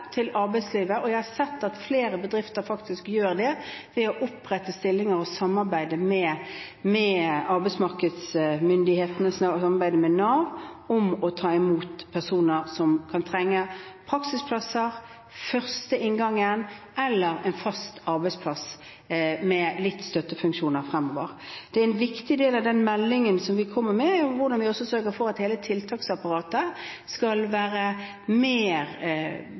til arbeidslivet, og jeg har sett at flere bedrifter gjør det, ved å opprette stillinger og samarbeide med arbeidsmarkedsmyndighetene, Nav, om å ta imot personer som kan trenge praksisplasser – en første inngang til arbeidslivet – eller en fast arbeidsplass med litt støttefunksjoner fremover. En viktig del av meldingen vi kommer med, er hvordan vi også sørger for at hele tiltaksapparatet skal være